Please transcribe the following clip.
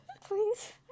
please